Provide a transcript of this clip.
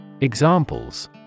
Examples